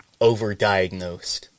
overdiagnosed